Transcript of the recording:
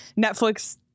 Netflix